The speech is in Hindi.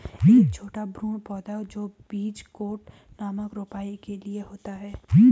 एक छोटा भ्रूण पौधा जो बीज कोट नामक रोपाई के लिए होता है